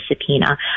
subpoena